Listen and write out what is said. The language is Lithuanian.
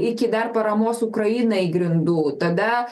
iki dar paramos ukrainai grindų tada